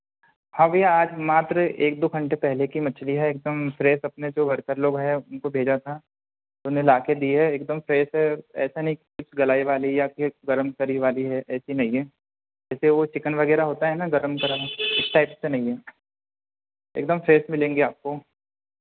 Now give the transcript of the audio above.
हाँ भैया आज मात्र एक दो घंटे पहले की मछली हैं एक दम फ्रेस अपने जो वर्कर लोग हैं उनको भेजा था उनने लाकर दी है एक दम फ्रेस है ऐसा नहीं कि कुछ गलाईवाली या फिर गर्म करी वाली है ऐसी नहीं है जैसे वह चिकेन वगैरह होता है ना गर्म गर्म उस टाइप से नहीं है एक दम फ्रेस मिलेंगी आपको